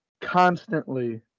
constantly